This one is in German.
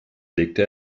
legte